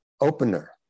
opener